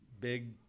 big